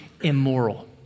immoral